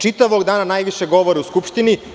Čitavog dana najviše govore u Skupštini.